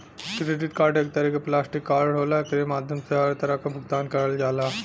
credit card एक तरे क प्लास्टिक कार्ड होला एकरे माध्यम से हर तरह क भुगतान करल जाला